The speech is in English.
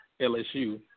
LSU